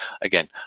Again